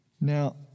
Now